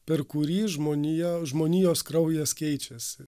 per kurį žmonija žmonijos kraujas keičiasi